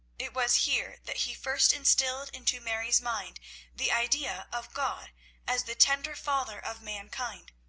it was here that he first instilled into mary's mind the idea of god as the tender father of mankind,